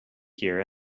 here